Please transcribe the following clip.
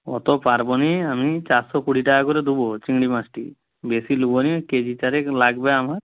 অত পারব না আমি চারশো কুড়ি টাকা করে দেবো চিংড়ি মাছটি বেশি নেব না কেজি চারেক লাগবে আমার